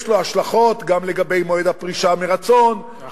יש לו השלכות גם לגבי מועד הפרישה מרצון,